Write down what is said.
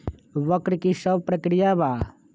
वक्र कि शव प्रकिया वा?